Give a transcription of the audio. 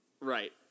Right